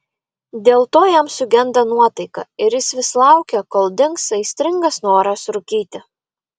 dėl to jam sugenda nuotaika ir jis vis laukia kol dings aistringas noras rūkyti